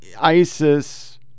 ISIS